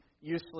useless